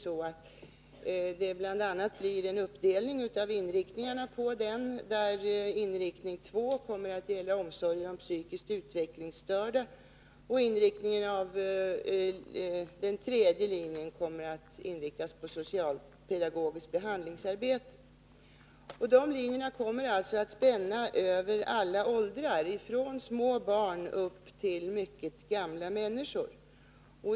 Inriktning 2 på denna kommer att gälla omsorgen om psykiskt utvecklingsstörda, och inriktning 3 kommer att gälla socialpedagogiskt behandlingsarbete. Dessa linjer kommer då att spänna över alla åldrar, från små barn upp till mycket gamla människor.